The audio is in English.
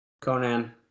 Conan